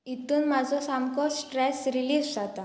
हितून म्हाजो सामको स्ट्रेस रिलीफ जाता